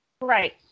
Right